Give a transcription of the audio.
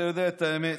אתה יודע את האמת,